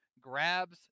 grabs